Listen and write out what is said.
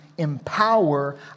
empower